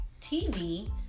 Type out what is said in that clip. TV